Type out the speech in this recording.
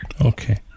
Okay